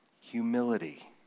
Humility